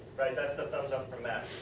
the thumbs up from matt.